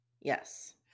Yes